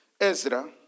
Ezra